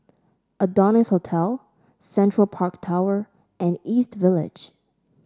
Adonis Hotel Central Park Tower and East Village